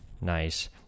Nice